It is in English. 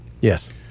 Yes